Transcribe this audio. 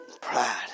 Pride